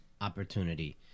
opportunity